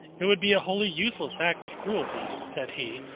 it would be a wholly useless act of cruelty, said he,